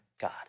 God